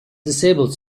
disabled